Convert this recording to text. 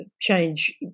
change